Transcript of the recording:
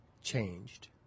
changed